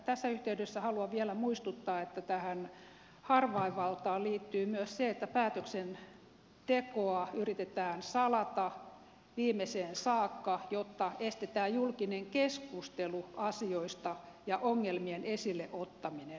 tässä yhteydessä haluan vielä muistuttaa että tähän harvainvaltaan liittyy myös se että päätöksentekoa yritetään salata viimeiseen saakka jotta estetään julkinen keskustelu asioista ja ongelmien esille ottaminen